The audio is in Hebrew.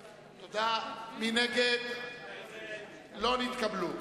04, משרד ראש הממשלה, לא נתקבלו.